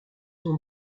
ont